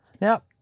Now